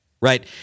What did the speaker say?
right